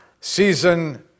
season